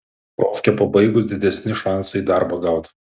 profkę pabaigus didesni šansai darbą gaut